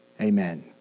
amen